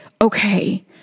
okay